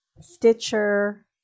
Stitcher